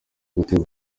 guterwa